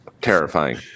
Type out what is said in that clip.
Terrifying